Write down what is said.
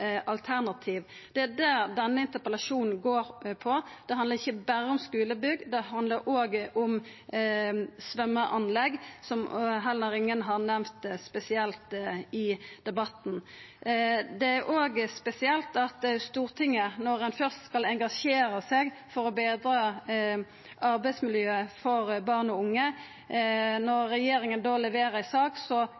alternativ. Det er det denne interpellasjonen går på. Det handlar ikkje berre om skulebygg, det handlar òg om svømmeanlegg, som heller ingen har nemnt spesielt i debatten. Det er òg spesielt at når Stortinget først skal engasjera seg for å betra arbeidsmiljøet for barn og unge, og når